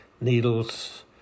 needles